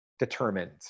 determined